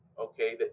okay